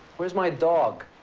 where's my dog?